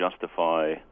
justify